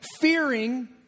fearing